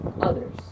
others